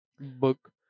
book